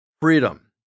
freedom